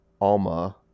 alma